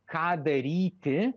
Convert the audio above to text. ką daryti